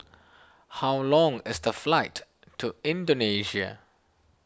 how long is the flight to Indonesia